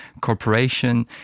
corporation